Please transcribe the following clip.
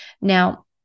Now